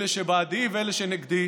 אלה שבעדי ואלה שנגדי,